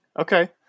Okay